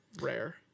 rare